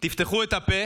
תפתחו את הפה